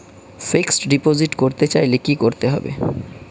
Fixed deposit করতে চাইলে কি করতে হবে?